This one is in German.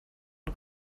den